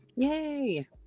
Yay